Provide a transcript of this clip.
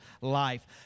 life